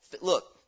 Look